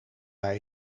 bij